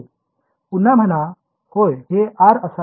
पुन्हा म्हणा होय हे R असावे